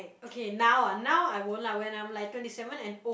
okay now ah now I won't lah when I'm like twenty seven and old